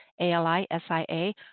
A-L-I-S-I-A